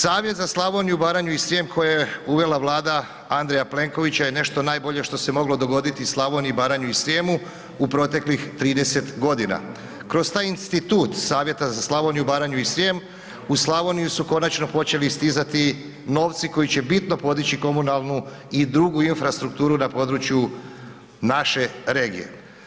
Savjet za Slavoniju, Baranju i Srijem koje je uvela vlada Andreja Plenkovića je nešto najbolje što se moglo dogoditi Slavoniji, Baranji i Srijemu u proteklih 30.g. Kroz taj institut Savjeta za Slavoniju, Baranju i Srijem, u Slavoniju su konačno počeli stizati novci koji će bitno podići komunalnu i drugu infrastrukturu na području naše regije.